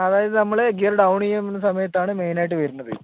അതായതു നമ്മൾ ഗിയർ ഡൌൺചെയുന്ന സമയത്താണ് മെയിനായിട്ട് വരുന്നത്